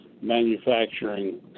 manufacturing